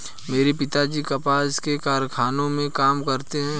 मेरे पिताजी कपास के कारखाने में काम करते हैं